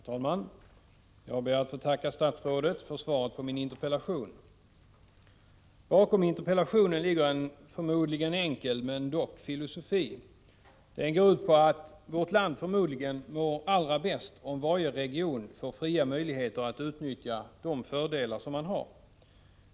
Herr talman! Jag ber att få tacka statsrådet för svaret på min interpellation. Bakom interpellationen ligger en förmodligen enkel men dock filosofi. Den går ut på att vårt land förmodligen mår allra bäst om varje region får fria möjligheter att utnyttja de fördelar som man har.